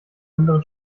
andere